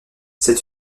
sais